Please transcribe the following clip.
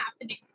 happening